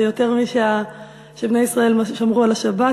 שיותר משבני ישראל שמרו על השבת,